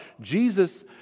Jesus